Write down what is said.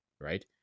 right